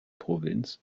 provinz